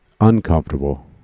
Uncomfortable